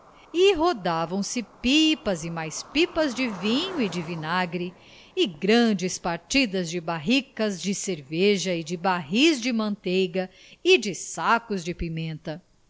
e rodavam se pipas e mais pipas de vinho e de vinagre e grandes partidas de barricas de cerveja e de barris de manteiga e de sacos de pimenta